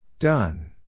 Done